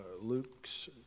Luke's